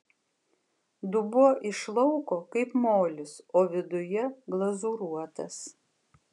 dubuo iš lauko kaip molis o viduje glazūruotas